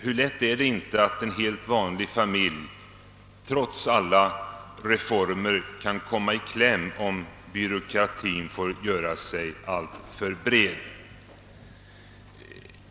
Hur lätt händer det inte att en helt vanlig familj, trots alla reformer, kommer i kläm om byråkratin får göra sig alltför bred.